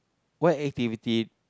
what activity